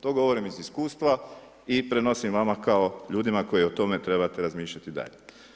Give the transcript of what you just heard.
To govorim iz iskustva i prenosim vama kao ljudima koji o tome trebate razmišljati dalje.